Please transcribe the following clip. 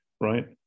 Right